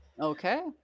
okay